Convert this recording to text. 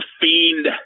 fiend